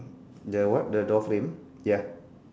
the what the door frame ya